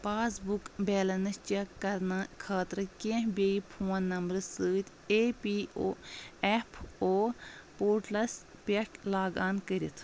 پاس book balance check کرناونہٕ خٲطرٕ کیٛنٚہہ بیٚیہِ فوٗن نمبرٕ سۭتۍ E P O F O portals پٮ۪ٹھ لاگ آن کٔرِتھ